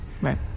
right